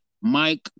Mike